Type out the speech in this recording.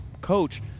coach